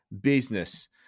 business